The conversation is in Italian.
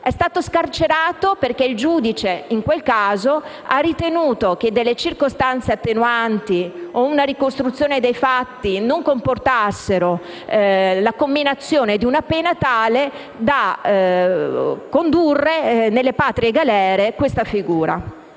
È stato scarcerato perché il giudice, in quel caso, ha ritenuto che delle circostanze attenuanti o una particolare ricostruzione dei fatti non comportassero la comminazione di una pena tale da condurre questa figura